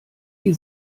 die